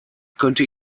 könnte